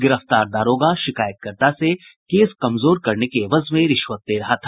गिरफ्तार दारोगा शिकायत कर्ता से केस कमजोर करने के एवज में रिश्वत ले रहा था